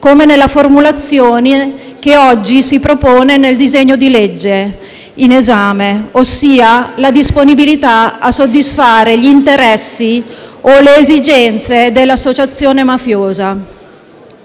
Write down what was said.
come nella formulazione che oggi si propone nel disegno di legge in esame, ossia la disponibilità a soddisfare gli interessi o le esigenze dell'associazione mafiosa.